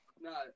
No